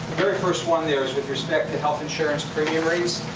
very first one there is with respect to health insurance premium rates.